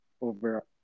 over